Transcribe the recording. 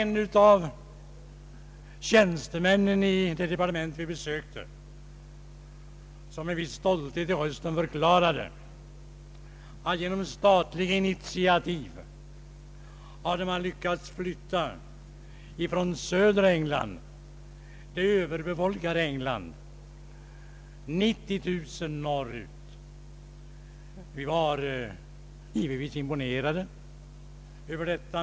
En av tjänstemännen i det department som vi besökte förklarade med stolthet i rösten att man genom statligt initiativ hade lyckats flytta 90 000 personer från det södra överbefolkade England norrut. Vi var givetvis imponerade av detta.